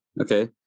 Okay